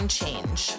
change